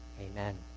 Amen